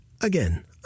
Again